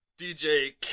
DJ